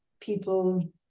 people